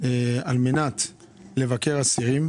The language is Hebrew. על מנת לבקר אסירים.